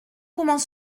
comment